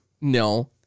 No